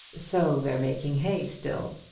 so they're making hay still.